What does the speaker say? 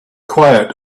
quiet